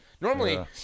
Normally